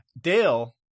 Dale